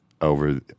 over